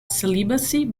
celibacy